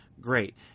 great